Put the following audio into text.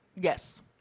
Yes